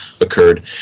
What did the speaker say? occurred